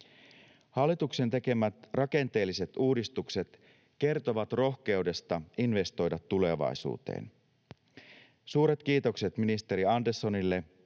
Hallituksen tekemät rakenteelliset uudistukset kertovat rohkeudesta investoida tulevaisuuteen. Suuret kiitokset ministeri Anderssonille,